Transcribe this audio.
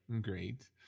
Great